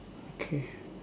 okay